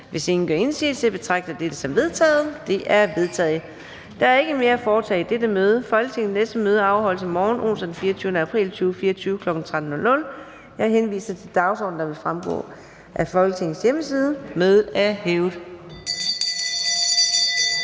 fra formanden Fjerde næstformand (Karina Adsbøl): Der er ikke mere at foretage i dette møde. Folketingets næste møde afholdes i morgen, onsdag den 24. april 2024, kl. 13.00. Jeg henviser til den dagsorden, der vil fremgå af Folketingets hjemmeside. Mødet er hævet.